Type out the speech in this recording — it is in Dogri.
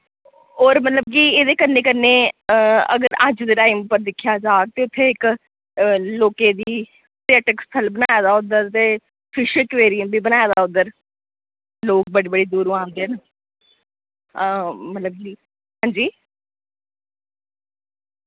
और मतलब कि एह्दे कन्ने कन्ने अगर अज दे टाइम पर दिक्खेआ जा ते उत्थे इक लोकें दी पर्यटक स्थल बनाए दा उद्दर ते फिश एक्वेरियम वि बनाए दा उद्दर लोक बड़े बड़े दूरोआं आंदे न मतलब कि हांजी